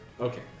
Okay